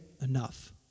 enough